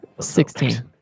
Sixteen